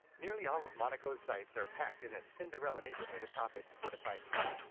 nearly all of monaco's sights are packed in a cinderella neighborhood atop its fortified hill.